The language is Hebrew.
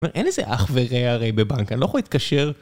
אין איזה אח ורע הרי בבנק, אני לא יכול להתקשר.